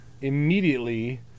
immediately